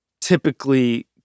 typically